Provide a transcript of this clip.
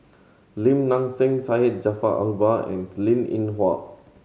Lim Nang Seng Syed Jaafar Albar and Linn In Hua